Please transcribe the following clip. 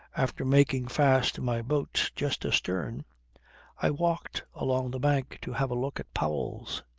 after making fast my boat just astern, i walked along the bank to have a look at powell's.